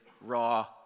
raw